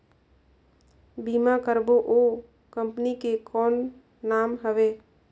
बीमा करबो ओ कंपनी के कौन नाम हवे?